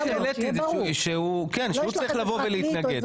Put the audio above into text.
לא, העליתי את זה, שהוא צריך לבוא ולהתנגד.